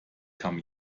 kam